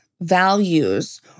values